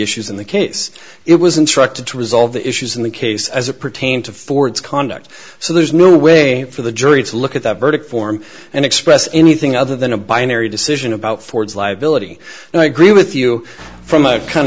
issues in the case it was instructed to resolve the issues in the case as it pertained to ford's conduct so there's no way for the jury to look at that verdict form and express anything other than a binary decision about ford's liability and i agree with you from a kind